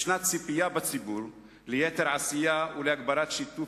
יש ציפייה בציבור ליתר עשייה ולהגברת שיתוף